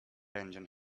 engine